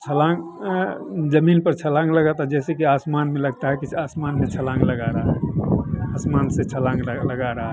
छलांग जमीन पर छलांग लगाता जैसे कि आसमान में लगता है कि आसमान में छलांग लगा रहा है आसमान से छलांग लग लगा रहा है